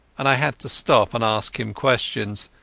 and i had to stop and ask him questions.